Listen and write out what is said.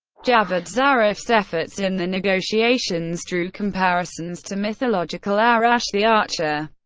javad zarif's efforts in the negotiations drew comparisons to mythological arash the archer,